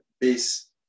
base